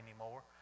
anymore